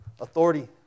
authority